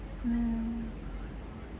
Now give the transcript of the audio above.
mm